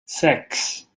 sechs